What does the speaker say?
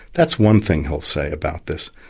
that's one thing he'll say about this.